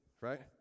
right